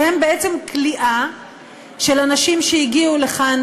שהם בעצם כליאה של אנשים שהגיעו לכאן,